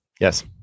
Yes